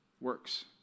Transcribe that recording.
Works